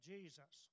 Jesus